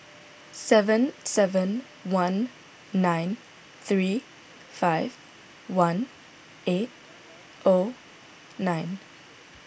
seven seven one nine three five one eight O nine